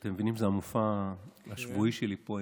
זה המופע השבועי שלי פה,